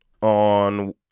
on